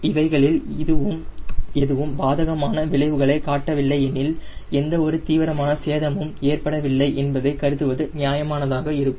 இவைகளில் எதுவும் பாதகமான விளைவுகளை காட்டவில்லை எனில் எந்த ஒரு தீவிரமான சேதமும் ஏற்படவில்லை என்பதை கருதுவது நியாயமாக இருக்கும்